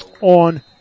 on